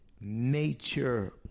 Nature